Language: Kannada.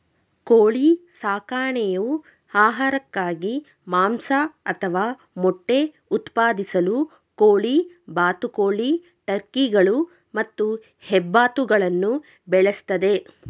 ಕೋಳಿ ಸಾಕಣೆಯು ಆಹಾರಕ್ಕಾಗಿ ಮಾಂಸ ಅಥವಾ ಮೊಟ್ಟೆ ಉತ್ಪಾದಿಸಲು ಕೋಳಿ ಬಾತುಕೋಳಿ ಟರ್ಕಿಗಳು ಮತ್ತು ಹೆಬ್ಬಾತುಗಳನ್ನು ಬೆಳೆಸ್ತದೆ